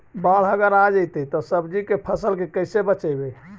बाढ़ अगर आ जैतै त सब्जी के फ़सल के कैसे बचइबै?